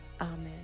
Amen